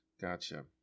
Gotcha